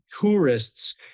tourists